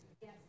Yes